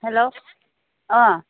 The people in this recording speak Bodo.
हेल्ल' अ